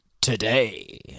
today